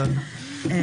משפט